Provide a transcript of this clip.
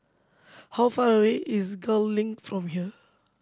how far away is Gul Link from here